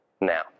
now